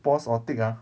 pause or take ah